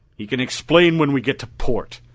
he can explain when we get to port.